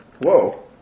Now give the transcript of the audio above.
Whoa